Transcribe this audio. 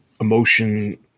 emotion